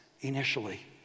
initially